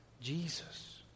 Jesus